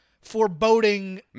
foreboding